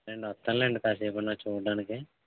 నేను వస్తాలెండి కాసేపైనా చూడటానికి